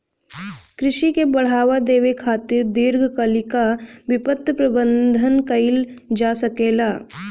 कृषि के बढ़ावा देबे खातिर दीर्घकालिक वित्त प्रबंधन कइल जा सकेला